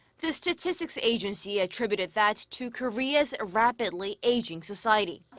the statistics agency attributed that to korea's rapidly aging society.